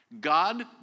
God